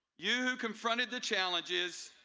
you who confronted the challenges,